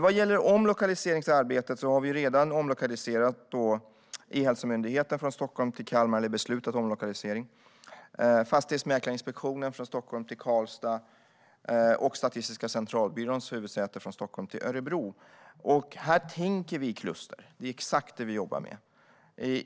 Vad gäller omlokaliseringsarbetet har vi redan beslutat att omlokalisera E-hälsomyndigheten från Stockholm till Kalmar, Fastighetsmäklarinspektionen från Stockholm till Karlstad och Statistiska centralbyråns huvudsäte från Stockholm till Örebro. Här tänker vi i kluster - det är exakt detta vi jobbar med.